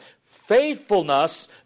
faithfulness